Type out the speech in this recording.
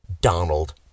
donald